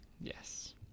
Yes